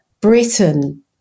Britain